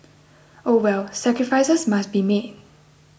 oh well sacrifices must be made